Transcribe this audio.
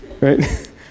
right